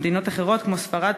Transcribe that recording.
במדינות אחרות כמו ספרד,